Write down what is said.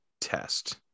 test